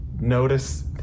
notice